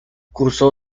cursó